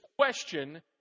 question